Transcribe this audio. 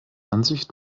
ansicht